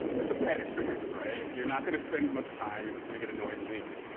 that's a bad experience, right? you're not gonna spend much time. you're just gonna get annoyed and leave.